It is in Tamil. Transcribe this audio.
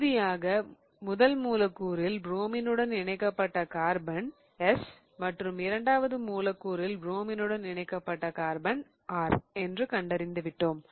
இறுதியாக முதல் மூலக்கூறில் புரோமினுடன் இணைக்கப்பட்ட கார்பன் S மற்றும் இரண்டாவது மூலக்கூறில் புரோமினுடன் இணைக்கப்பட்ட கார்பன் R என்று கண்டறிந்து விட்டோம்